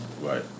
Right